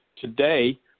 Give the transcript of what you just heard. Today